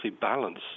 balance